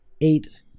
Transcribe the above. eight